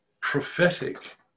prophetic